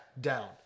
down